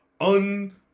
un